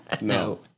No